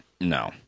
No